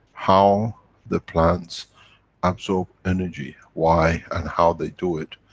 how the plants absorb energy, why and how they do it.